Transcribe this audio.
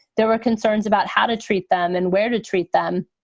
there were concerns about how to treat them and where to treat them.